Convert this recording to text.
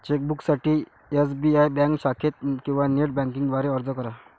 चेकबुकसाठी SBI bank शाखेत किंवा नेट बँकिंग द्वारे अर्ज करा